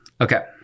Okay